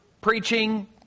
preaching